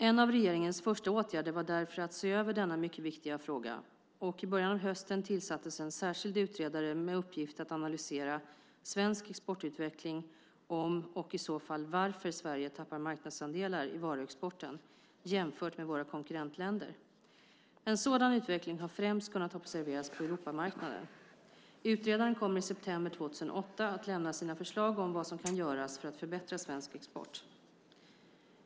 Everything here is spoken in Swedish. En av regeringens första åtgärder var därför att se över denna mycket viktiga fråga, och i början av hösten tillsattes en särskild utredare med uppgift att analysera svensk exportutveckling, om och i så fall varför Sverige tappar marknadsandelar i varuexporten jämfört med våra konkurrentländer. En sådan utveckling har främst kunnat observeras på Europamarknaden. Utredaren kommer i september 2008 att lämna sina förslag om vad som kan göras för att förbättra svensk export.